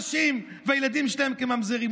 נשים והילדים שלהן כממזרים.